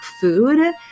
food